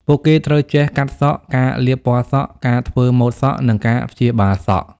ពួកគេត្រូវចេះកាត់សក់ ការលាបពណ៌សក់ ការធ្វើម៉ូដសក់ និងការព្យាបាលសក់។